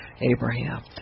Abraham